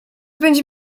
będzie